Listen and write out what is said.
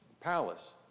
palace